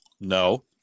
No